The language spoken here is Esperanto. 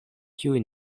kiuj